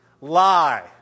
Lie